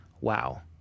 Wow